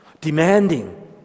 demanding